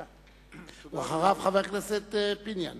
אחריו, חבר הכנסת פיניאן.